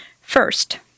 First